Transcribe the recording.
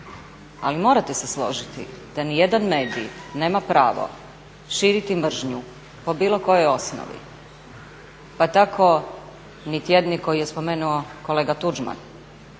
Ali morate se složiti da ni jedan medij nema pravo širiti mržnju po bilo kojoj osnovi, pa tako ni tjednik koji je spomenuo kolega Tuđman,